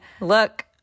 look